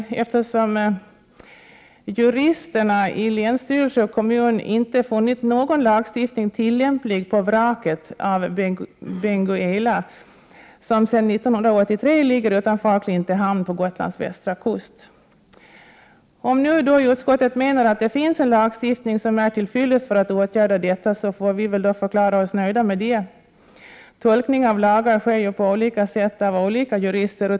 Anledningen är att juristerna i länsstyrelse och kommun inte har funnit någon lagstiftning tillämplig på vraket av fartyget Benguela som sedan 1983 ligger utanför Klintehamn på Gotlands västra kust. Om nu utskottet menar att det finns en lagstiftning som är till fyllest när det gäller att åtgärda detta, får vi väl förklara oss nöjda med det. Lagar tolkas ju på olika sätt av olika jurister.